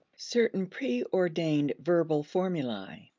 certain preordained verbal formulae.